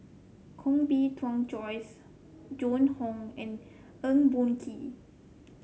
Koh Bee Tuan Joyce Joan Hon and Eng Boh Kee